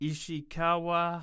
Ishikawa